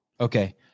Okay